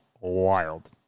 wild